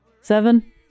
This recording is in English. Seven